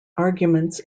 arguments